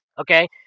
okay